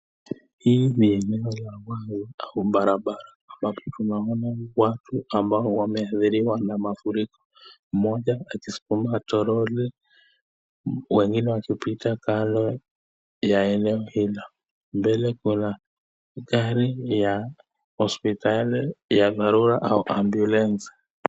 Hii ni eneo la vumbi au barabara ambapo tunaona watu ambao wameathiriwa na mafuriko. Mmoja akisikuma troli wengine akipita kando ya eneo hilo. Mbele kuna gari ya hospitali ya dharura au ambulensi.